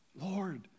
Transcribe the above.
Lord